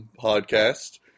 Podcast